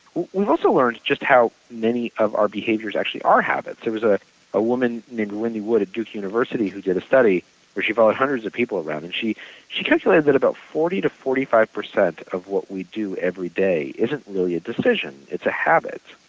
we also learned just how many of our behaviors actually are habits. there was a a woman named lindy wood at duke university who did a study where she followed hundreds of people around and she she calculated that about forty to forty five percent of what we do everyday isn't really a decision. it's a habit.